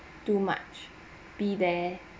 too much be there